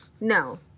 No